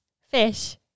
Fish